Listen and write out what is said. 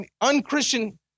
unchristian